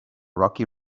rocky